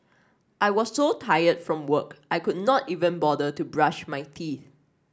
I was so tired from work I could not even bother to brush my teeth